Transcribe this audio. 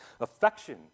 Affection